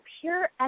pure